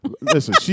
Listen